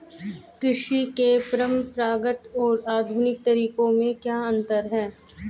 कृषि के परंपरागत और आधुनिक तरीकों में क्या अंतर है?